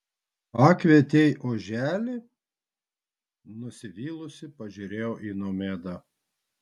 pakvietei oželį nusivylusi pasižiūrėjau į nomedą